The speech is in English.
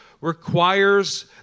requires